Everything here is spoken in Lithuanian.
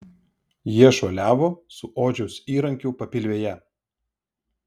jie šuoliavo su odžiaus įrankiu papilvėje